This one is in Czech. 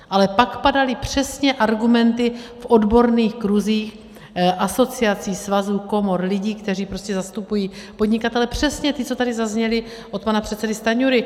Ale pak padaly přesně argumenty v odborných kruzích asociací, svazů, komor, lidí, kteří prostě zastupují podnikatele, přesně ty, co tady zazněly od pana předsedy Stanjury.